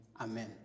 Amen